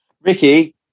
ricky